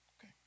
Okay